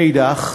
מאידך גיסא,